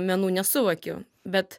menų nesuvokiu bet